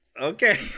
Okay